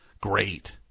great